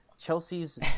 Chelsea's